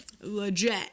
legit